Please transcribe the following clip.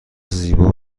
زیبا